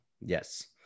yes